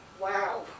Wow